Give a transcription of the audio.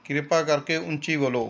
ਕਿਰਪਾ ਕਰਕੇ ਉੱਚੀ ਬੋਲੋ